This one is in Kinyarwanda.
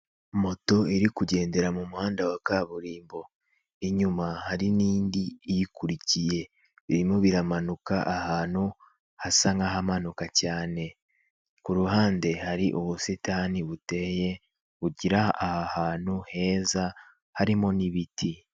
Moto iri kugendera mu muhanda wa kaburimbo, inyuma hari n'indi iyikurikiye, birimo biramanuka ahantu hasa nk'ahamanuka cyane, ku ruhande hari ubusitani buteye bugira aha ahantu heza harimo n'ibiti.